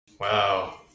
Wow